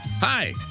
Hi